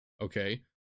okay